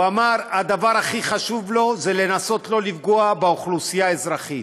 הוא אמר שהדבר הכי חשוב לו זה לנסות שלא לפגוע באוכלוסייה האזרחית.